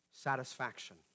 satisfaction